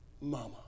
mama